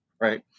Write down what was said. right